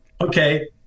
okay